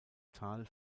tal